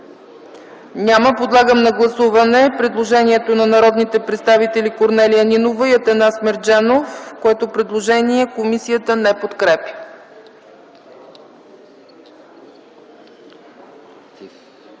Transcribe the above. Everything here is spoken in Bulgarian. Няма. Подлагам на гласуване предложението на народните представители Корнелия Нинова и Атанас Мерджанов, което не се подкрепя